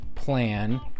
plan